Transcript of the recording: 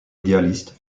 idéaliste